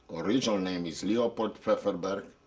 original name is leopold pfefferberg.